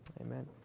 amen